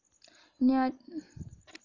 नारियल की जटा का क्या प्रयोग होता है?